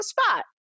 spot